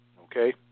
okay